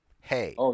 hey